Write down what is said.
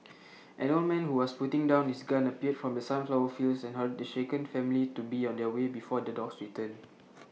an old man who was putting down his gun appeared from the sunflower fields and hurried the shaken family to be on their way before the dogs return